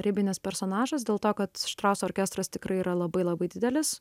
ribinis personažas dėl to kad štrauso orkestras tikrai yra labai labai didelis